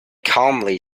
calmly